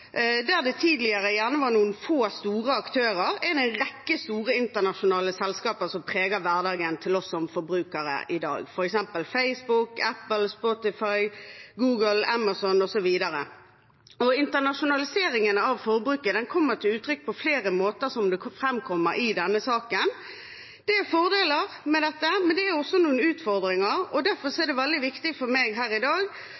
Der det tidligere gjerne bare var noen få store aktører, er det en rekke store internasjonale selskaper som preger hverdagen til oss som forbrukere i dag, f.eks. Facebook, Apple, Spotify, Google, Amazon osv. Internasjonaliseringen av forbruket kommer til uttrykk på flere måter, slik det framkommer i denne saken. Det er fordeler med dette, men det er også noen utfordringer, og derfor er det veldig viktig for meg her i dag